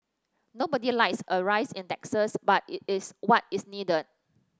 nobody likes a rise in taxes but it is what is needed